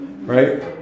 Right